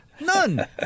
None